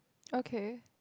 okay